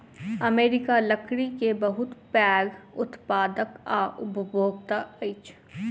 America लकड़ी के बहुत पैघ उत्पादक आ उपभोगता अछि